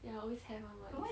ya always have [one] [what]